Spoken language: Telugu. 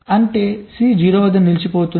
అంటే C 0 వద్ద నిలిచిపోతుంది